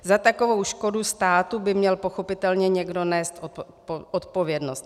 Za takovou škodu státu by měl pochopitelně někdo nést odpovědnost.